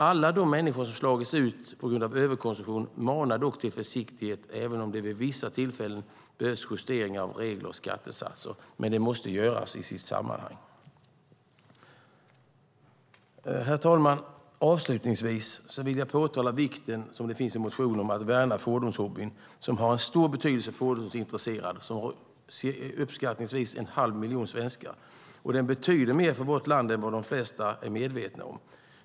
Alla de människor som slagits ut på grund av överkonsumtion manar dock till försiktighet även om det vid vissa tillfällen behövs justeringar av regler och skattesatser. Men det måste göras i sitt sammanhang. Herr talman! Avslutningsvis vill jag påtala vikten av, som det finns en motion om, att värna fordonshobbyn. Den har stor betydelse för fordonsintresserade. Det är uppskattningsvis en halv miljon svenskar. Den betyder mer för vårt land än vad som de flesta är medvetna om.